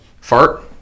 Fart